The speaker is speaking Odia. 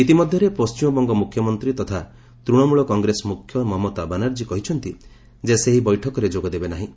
ଇତିମଧ୍ୟରେ ପଶ୍ଚିମବଙ୍ଗ ମୁଖ୍ୟମନ୍ତ୍ରୀ ତଥା ତୃଣମୂଳ କଂଗ୍ରେସ ମୁଖ୍ୟ ମମତା ବାନାର୍ଜୀ କହିଛନ୍ତି ଯେ ସେ ଏହି ବୈଠକରେ ଯୋଗ ଦେବେ ନାହିଁ